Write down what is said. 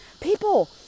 people